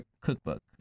Cookbook